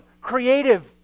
creative